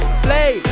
play